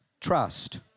trust